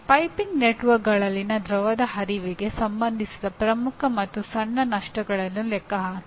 piping ನೆಟ್ವರ್ಕ್ಗಳಲ್ಲಿನ ದ್ರವದ ಹರಿವಿಗೆ ಸಂಬಂಧಿಸಿದ ಪ್ರಮುಖ ಮತ್ತು ಸಣ್ಣ ನಷ್ಟಗಳನ್ನು ಲೆಕ್ಕಹಾಕಿ